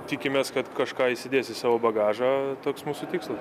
tikimės kad kažką įsidės į savo bagažą toks mūsų tiksl